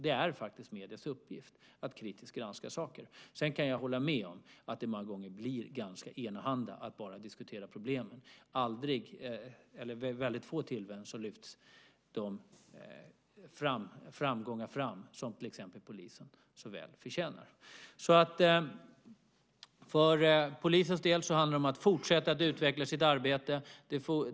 Det är faktiskt mediernas uppgift att kritiskt granska saker. Sedan kan jag hålla med om att det många gånger blir ganska enahanda att bara diskutera problemen. Vid väldigt få tillfällen lyfts de framgångar fram som polisen så väl förtjänar. För polisens del handlar det om att fortsätta att utveckla sitt arbete.